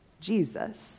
Jesus